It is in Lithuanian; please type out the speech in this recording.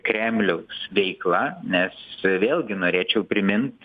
kremliaus veikla nes vėlgi norėčiau primint